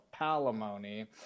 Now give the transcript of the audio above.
palimony